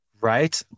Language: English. Right